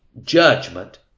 judgment